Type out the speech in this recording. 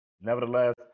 nevertheless